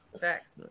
Facts